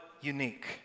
unique